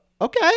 okay